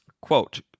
Quote